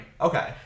Okay